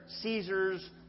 Caesar's